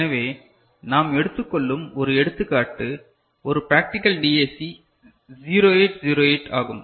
எனவே நாம் எடுத்துக்கொள்ளும் ஒரு எடுத்துக்காட்டு ஒரு பிராக்டிகல் டிஏசி 0808 ஆகும்